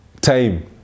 time